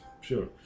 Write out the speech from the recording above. Sure